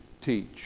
teach